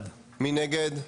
1 נגד,